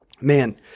man